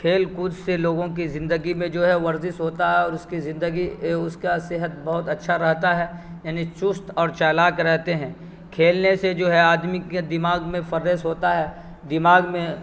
کھیل کود سے لوگوں کی زندگی میں جو ہے ورزش ہوتا ہے اور اس کی زندگی اے اس کا صحت بہت اچھا رہتا ہے یعنی چست اور چالاک رہتے ہیں کھیلنے سے جو ہے آدمی کے دماغ میں فرریس ہوتا ہے دماغ میں